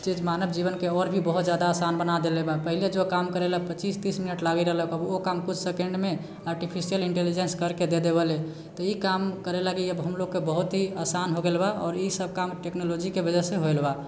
चीज मानव जीवनके आओर भी बहुत जादा आसान बना देले बा पहले जो काम करए लए पच्चीस तीस मिनट लागै रहलक आब ओ काम किछु सेकेण्डमे आर्टिफिशियल इन्टेलिजेन्स करके देइ देबऽले तऽ ई काम करै लागि हम लोगके बहुत ही आसान हो गेल बा आओर ई सभ काम टेक्नोलोजीके वजहसँ होएल बा